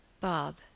Bob